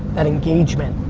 that engagement,